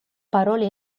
parole